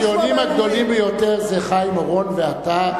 הציונים הגדולים ביותר זה חיים אורון ואתה,